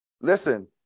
Listen